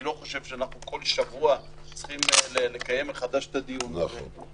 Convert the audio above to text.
אני לא חושב שאנחנו כל שבוע צריכים לקיים מחדש את הדיון הזה,